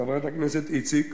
חברת הכנסת איציק,